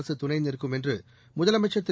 அரசு துணைநிற்கும் என்று முதலமைச்சர் திரு